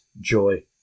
joy